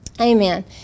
Amen